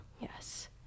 Yes